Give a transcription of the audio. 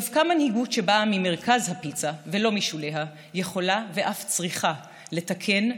דווקא מנהיגות שבאה ממרכז הפיצה ולא משוליה יכולה ואף צריכה לתקן,